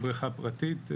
בריכה פרטית..